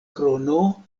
krono